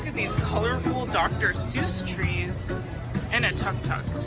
these colorful dr. seuss trees and a tuk-tuk